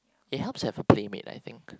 it helps to have a playmate I think